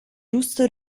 giusto